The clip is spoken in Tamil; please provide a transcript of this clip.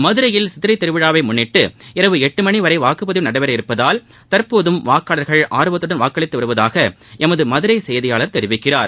மதுரையில் சித்திரைத் திருவிழாவை முன்னிட்டு இரவு எட்டு மணி வரை வாக்குப்பதிவு நடைபெறவுள்ளதால் தற்போதும் வாக்காளர்கள் ஆர்வத்துடன் வாக்களித்து வருவதாக எம்து ம்துரை செய்தியாளர் தெரிவிக்கிறார்